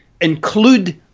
include